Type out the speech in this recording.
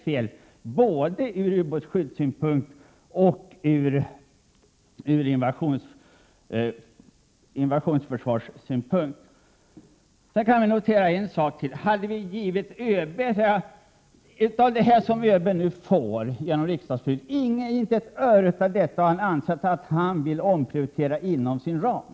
Sedan kan jag notera ytterligare en sak: Av det som ÖB får extra genom riksdagsbeslutet i dag är inget han anser så viktigt att han velat betala genom omprioritering inom sin ram.